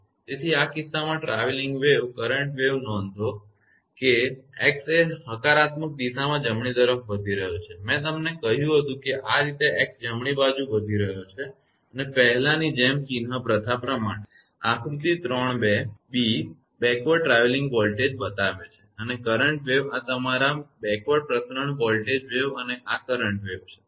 તેથી આ કિસ્સામાં ટ્રાવેલિંગ વેવ કરંટ વેવ નોંધ લો કે x એ હકારાત્મક દિશામાં જમણી તરફ વધી રહ્યો છે મેં તમને કહ્યું હતુ કે આ રીતે x જમણી બાજુએ વધી રહ્યો છે અને પહેલાની જેમ ચિહ્ન પ્રથા પ્રમાણે આકૃતિ 3 b બેકવર્ડ ટ્રાવેલીંગ વોલ્ટેજ બતાવે છે અને કરંટ વેવ આ તમારા બેકવર્ડ પ્રસરણ વોલ્ટેજ વેવ અને આ કરંટ વેવ છે